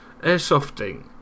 Airsofting